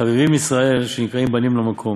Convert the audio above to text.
חביבין ישראל שנקראו בנים למקום,